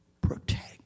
protect